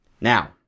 Now